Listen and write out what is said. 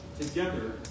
together